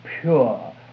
pure